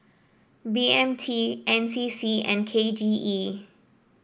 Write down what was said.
B M T N C C and K J E